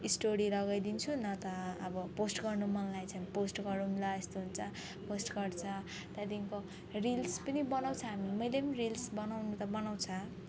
story लगाइदिन्छु न त अब पोस्ट गर्नु मन लागेछ भने पोस्ट गरौँला यस्तो हुन्छ पोस्ट गर्छ त्यहाँदेखिको रिल्स पनि बनाउँछ हामी मैले पनि रिल्स बनाउनु त बनाउँछु